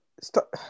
Stop